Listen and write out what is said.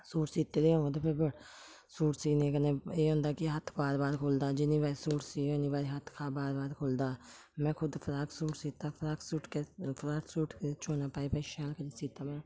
suit सीते दे होन ते फिर ब सूट सीने कन्नै एह् होंदा कि हत्थ बार बार खु'लदा जिन्नी बारी सूट सीओ इन्नी बारी हत्थ बार बार खु'लदा में खुद फ्राक सूट सीता फ्राक सूट फ्राक सूट चौना पाई पाई शैल करियै सीता में